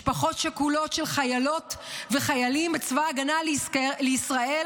משפחות שכולות של חיילות וחיילים בצבא ההגנה לישראל